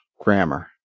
grammar